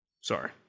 Sorry